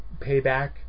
Payback